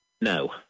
no